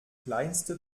kleinste